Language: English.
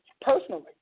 personally